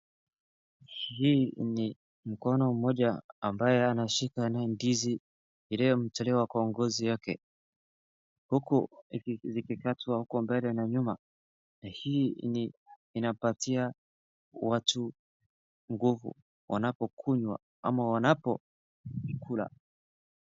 Hii ni mkono mmoja ambaye anashika naye ndizi ile imetolewa kwa ngozi yake huku zikikatwa huko mbele na nyuma. Na hii inapatia watu nguvu wanapokunywa ama wanapoikula.